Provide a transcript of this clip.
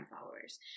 followers